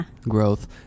growth